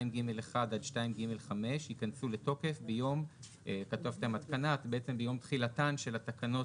2ג1 עד 2ג5 יכנסו לתוקף ביום תחילתן של התקנות